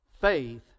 Faith